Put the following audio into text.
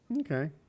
okay